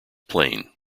plain